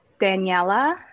Daniela